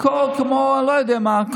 הוא כמו אני לא יודע מה,